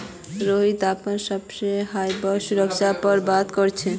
रोहित अपनार बॉस से हाइब्रिड सुरक्षा पर बात करले